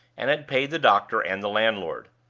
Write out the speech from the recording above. and had paid the doctor and the landlord.